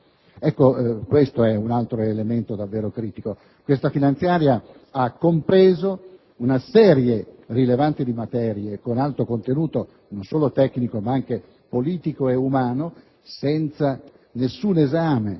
Questo è un altro elemento davvero critico. La finanziaria in esame ha compreso una serie rilevante di materie con alto contenuto non solo tecnico ma anche politico e umano senza svolgere